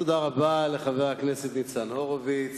תודה רבה לחבר הכנסת ניצן הורוביץ.